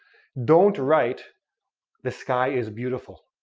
don't write the sky is beautiful,